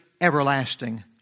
everlasting